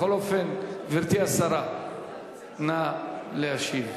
בכל אופן, גברתי השרה, נא להשיב.